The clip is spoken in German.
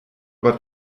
aber